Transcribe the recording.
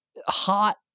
Hot